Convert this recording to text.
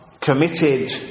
committed